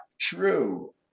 true